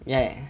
ya